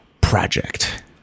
project